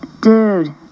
Dude